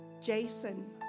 Jason